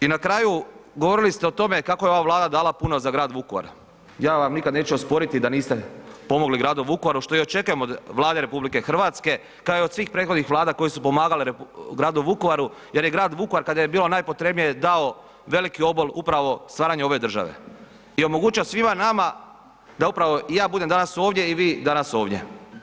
I na kraju govorili ste o tome kako je ova Vlada dala puno za grad Vukovar, ja vam nikada neću osporiti da niste pomogli gradu Vukovaru što i očekujem od Vlade RH kao i od svih prethodnih vlada koje su pomagale gradu Vukovaru jer je grad Vukovar kada je bilo najpotrebnije dao veliki obol upravo stvaranju ove države i omogućio svima nadam da upravo i ja budem danas ovdje i vi danas ovdje.